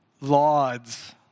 lauds